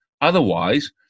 Otherwise